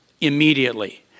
immediately